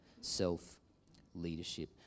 self-leadership